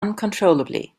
uncontrollably